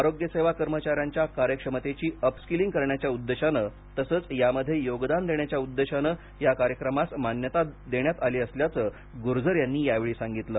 आरोग्य सेवा कर्मचाऱ्यांच्या कार्यक्षमतेचीअप स्किलिंग करण्याच्या उद्देशाने तसेच यामध्ये योगदान देण्याच्या उद्देशाने याकार्यक्रमास मान्यता देण्यात आली असल्याचं गुर्जर यांनी यावेळी सांगितलं